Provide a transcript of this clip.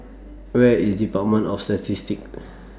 Where IS department of Statistics